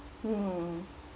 mm